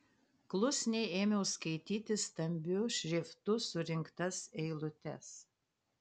klusniai ėmiau skaityti stambiu šriftu surinktas eilutes